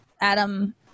Adam